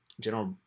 General